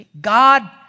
God